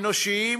אנושיים,